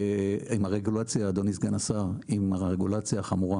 אדוני סגן השר, אם הרגולציה החמורה